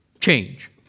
Change